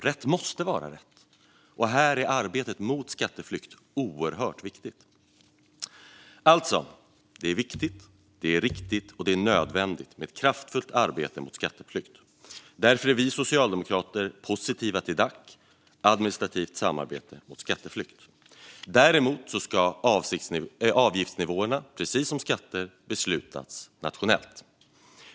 Rätt måste vara rätt, och här är arbetet mot skatteflykt oerhört viktigt. Alltså: Det är viktigt, det är riktigt och det är nödvändigt med kraftfullt arbete mot skatteflykt. Därför är vi socialdemokrater positiva till DAC, administrativt samarbete mot skatteflykt. Däremot ska avgiftsnivåerna, precis som skatterna, beslutas nationellt.